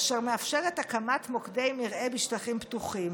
אשר מאפשרת הקמת מוקדי מרעה בשטחים פתוחים